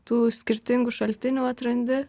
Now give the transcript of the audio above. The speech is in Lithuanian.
tų skirtingų šaltinių atrandi